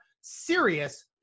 serious